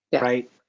right